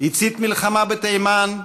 הצית מלחמה בתימן,